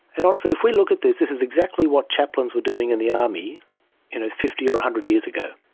and honestly if we look at this, this is exactly what chaplains were doing in the army you know fifty or one hundred years ago.